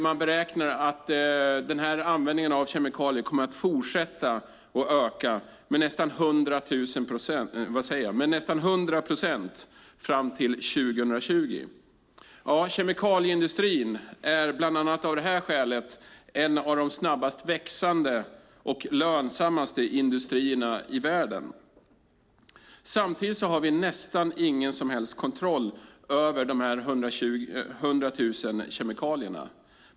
Man beräknar att användningen av kemikalier kommer att fortsätta att öka med nästan 100 procent fram till 2020. Kemikalieindustrin är av bland annat det här skälet en av de snabbast växande och lönsammaste industrierna i världen. Samtidigt har vi nästan ingen som helst kontroll över de här 100 000 kemikalierna.